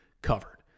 Covered